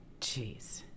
jeez